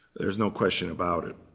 there's no question about it.